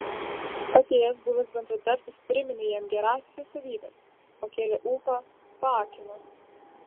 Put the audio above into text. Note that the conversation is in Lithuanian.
atėjęs buvęs bendradarbis priminė jam gerąsias jo savybes pakėlė ūpą paakino